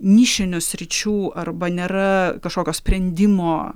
nišinių sričių arba nėra kažkokio sprendimo